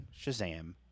Shazam